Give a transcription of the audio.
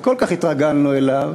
שכל כך התרגלנו אליו